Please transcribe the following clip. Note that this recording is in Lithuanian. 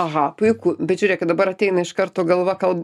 aha puiku bet žiūrėkit dabar ateina iš karto galva kal